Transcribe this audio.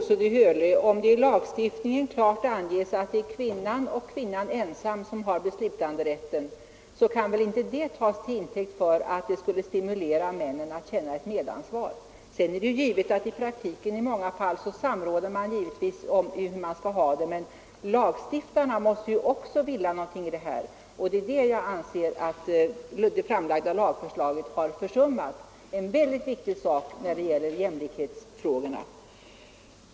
Herr talman! Om lagstiftningen klart anger att det är kvinnan och kvinnan ensam som har beslutanderätten, fru Olsson i Hölö, kan det väl inte stimulera männen till att känna ett medansvar. Det är givet att man i praktiken i många fall samråder om hur man skall ha det, men lagstiftarna måste ju också vilja någonting i detta sammanhang, och det anser jag att man i det framlagda lagförslaget har försummat att uttala. Och detta är en mycket viktig sak när det gäller jämlikhetsfrågorna.